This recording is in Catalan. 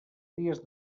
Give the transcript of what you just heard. dies